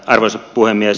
arvoisa puhemies